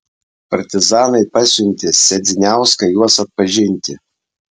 partizanai pasiuntė sedziniauską juos atpažinti